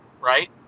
right